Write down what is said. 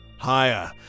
Higher